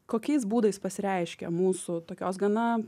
kokiais būdais pasireiškia mūsų tokios gana